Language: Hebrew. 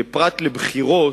שפרט לבחירות,